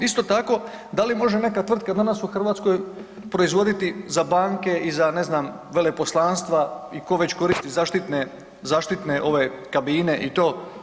Isto tako da li može neka tvrtka danas u Hrvatskoj proizvoditi za banke i za, ne znam, veleposlanstva i ko već koristi zaštitne, zaštitne ove kabine i to?